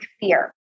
fear